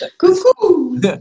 Cuckoo